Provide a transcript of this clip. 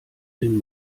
den